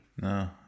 No